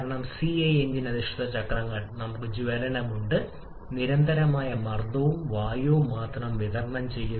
കാരണം CI engine അധിഷ്ഠിത ചക്രങ്ങളിൽ നമുക്ക് ജ്വലനം ഉണ്ട് നിരന്തരമായ മർദ്ദവും വായു മാത്രം വിതരണം ചെയ്യുന്നു